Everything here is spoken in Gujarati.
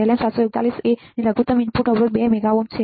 LM741A ની લઘુત્તમ ઇનપુટ અવરોધ 2 MΩ છે